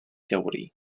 teorii